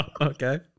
Okay